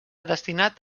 destinat